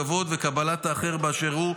כבוד וקבלת האחר באשר הוא,